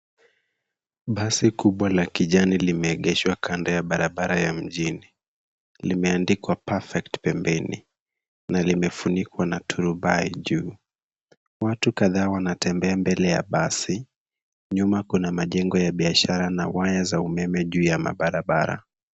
Basi kubwa la kijani limeegeshwa kando ya barabara ya mjini. Limeandikwa perfect pembeni na limefunikwa na turubai juu. Watu kadhaa wanatembea mbele ya basi nyuma kuna majengo ya biashara na waya za umeme juu ya mabarabara.